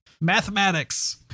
mathematics